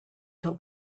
till